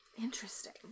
Interesting